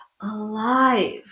alive